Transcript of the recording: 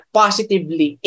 positively